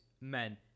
men